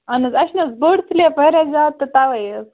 اَہَن حظ اَسہِ چھِنہٕ حظ بٔڑ سِلیب واریاہ زیادٕ تہٕ تَوَے حظ